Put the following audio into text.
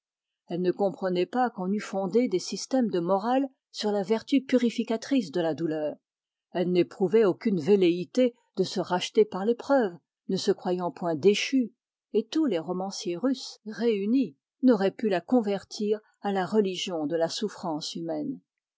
elle ne comprenait pas qu'on eût fondé des systèmes de morale sur la vertu purificatrice de la douleur elle n'éprouvait aucune velléité de se racheter par l'épreuve ne se croyant point déchue et tous les romanciers russes réunis n'auraient pu la convertir à la religion de la souffrance humaine